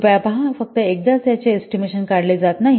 कृपया पहा फक्त एकदाच याचे एस्टिमेशन काढले जात नाही